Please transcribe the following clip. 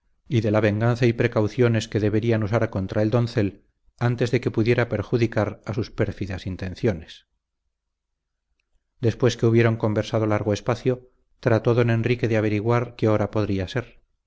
y de la venganza y precauciones que deberían usar contra el doncel antes de que pudiera perjudicar a sus pérfidas intenciones después que hubieron conversado largo espacio trató don enrique de averiguar qué hora podría ser